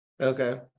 Okay